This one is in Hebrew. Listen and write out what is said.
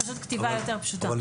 זאת פשוט כתיבה יותר פשוטה.